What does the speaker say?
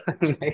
nice